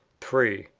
three.